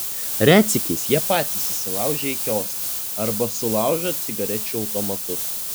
retsykiais jie patys įsilaužia į kioską arba sulaužo cigarečių automatus